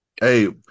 Hey